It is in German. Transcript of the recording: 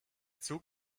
zug